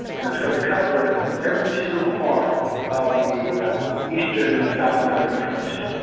and it's going to cover every single part of the eastern south american coast.